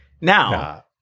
Now